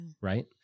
Right